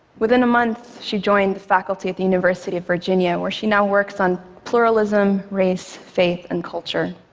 within a month, she joined the faculty at the university of virginia, where she now works on pluralism, race, faith and culture.